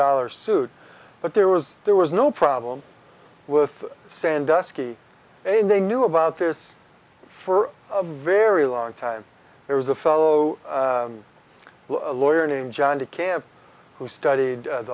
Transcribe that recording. dollars suit but there was there was no problem with sandusky and they knew about this for a very long time there was a fellow lawyer named john de camp who studied